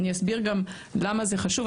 אני אסביר גם למה זה חשוב.